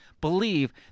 believe